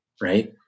right